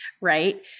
right